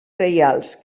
reials